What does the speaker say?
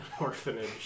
orphanage